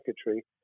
secretary